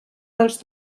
dels